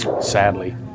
sadly